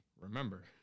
remember